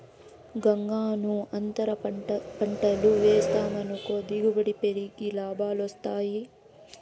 గంగన్నో, అంతర పంటలు వేసావనుకో దిగుబడి పెరిగి లాభాలొస్తాయి